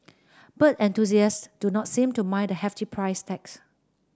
bird enthusiasts do not seem to mind the hefty price tags